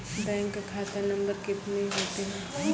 Bank का खाता नम्बर कितने होते हैं?